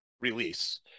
release